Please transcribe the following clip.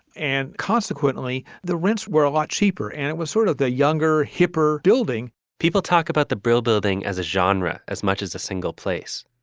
and consequently the rents were a lot cheaper and it was sort of the younger, hipper building people talk about the brill building as a genre as much as a single place,